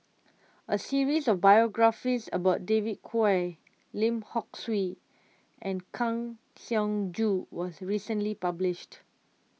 a series of biographies about David Kwo Lim Hock Siew and Kang Siong Joo was recently published